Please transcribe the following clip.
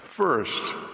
First